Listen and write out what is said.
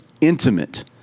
intimate